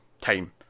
time